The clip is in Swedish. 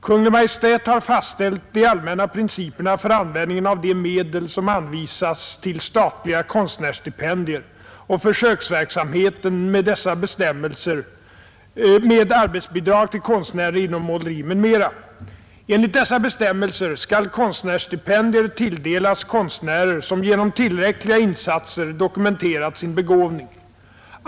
Kungl. Maj:t har fastställt de allmänna principerna för användningen av de medel som anvisas till statliga konstnärsstipendier och försöksverksamheten med arbetsbidrag till konstnärer inom måleri m.m. Enligt dessa bestämmelser skall konstnärsstipendier tilldelas konstnärer som genom tillräckliga insatser dokumenterat sin begåvning.